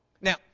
Now